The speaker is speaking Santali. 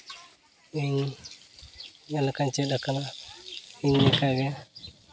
ᱤᱧ ᱡᱟᱦᱟᱸ ᱞᱮᱠᱟᱧ ᱪᱮᱫ ᱠᱟᱱᱟ ᱤᱧ ᱞᱮᱠᱟᱜᱮ